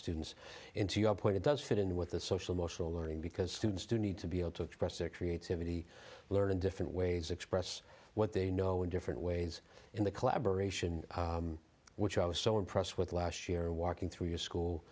didn't into your point it does fit in with the social emotional learning because students do need to be able to express their creativity learn in different ways express what they know in different ways in the collaboration which i was so impressed with last year walking through your school